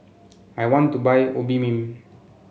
I want to buy Obimin